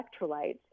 electrolytes